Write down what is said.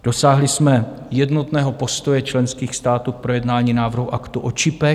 Dosáhli jsme jednotného postoje členských států k projednání návrhu aktu o čipech.